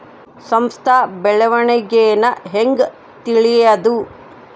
ಸಂಸ್ಥ ಬೆಳವಣಿಗೇನ ಹೆಂಗ್ ತಿಳ್ಯೇದು